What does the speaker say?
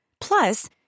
Plus